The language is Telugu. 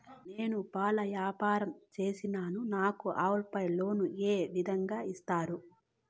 నేను పాల వ్యాపారం సేస్తున్నాను, నాకు ఆవులపై లోను ఏ విధంగా ఇస్తారు